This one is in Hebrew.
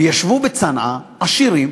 ישבו בצנעא עשירים